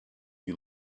you